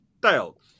Dale